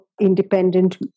independent